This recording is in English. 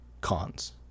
cons